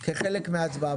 כחלק מההצבעה,